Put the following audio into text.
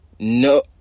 No